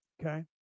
Okay